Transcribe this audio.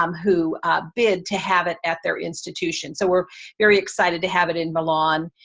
um who bid to have it at their institution. so, we're very excited to have it in milan,